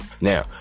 Now